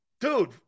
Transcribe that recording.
Dude